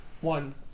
One